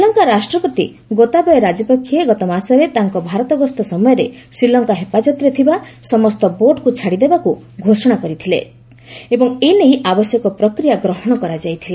ଶ୍ରୀଲଙ୍କା ରାଷ୍ଟ୍ରପତି ଗୋତାବୟେ ରାଜପକ୍ଷେ ଗତମାସରେ ତାଙ୍କ ଭାରତ ଗସ୍ତ ସମୟରେ ଶ୍ରୀଲଙ୍କା ହେଫାଜତ୍ରେ ଥିବା ସମସ୍ତ ବୋଟ୍କୁ ଛାଡ଼ିଦେବାକୁ ଘୋଷଣା କରିଥିଲେ ଏବଂ ଏନେଇ ଆବଶ୍ୟକ ପ୍ରକ୍ରିୟା ଗ୍ରହଣ କରାଯାଇଥିଲା